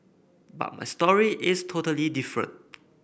but my story is totally different